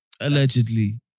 allegedly